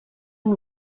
amb